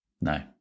No